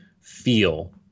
feel